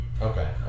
Okay